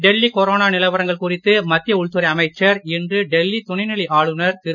Delhi corona நிலவரங்கள் குறித்து மத்திய உள்துறை அமைச்சர் இன்று டெல்லி துணைநிலை ஆளுநர் திரு